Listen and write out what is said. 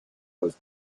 was